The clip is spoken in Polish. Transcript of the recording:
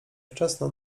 wczesna